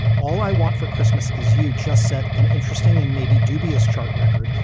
all i want for christmas is you just set an interesting and maybe dubious chart record.